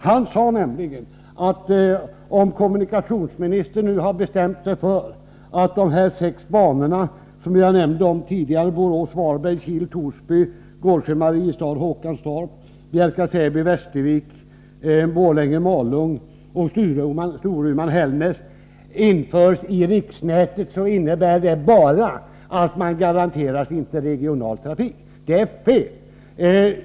Han sade nämligen, att om kommunikationsministern nu har bestämt sig för att de sex banor som jag tidigare nämnde — Borås-Varberg, Kil-Torsby, Gårdsjö Mariestad-Håkantorp, Bjärka/Säby-Västervik, Borlänge-Malung och Storuman-Hällnäs — införs i riksnätet, innebär det bara att interregional trafik garanteras. Det är fel.